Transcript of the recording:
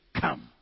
Come